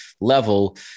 level